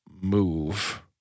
move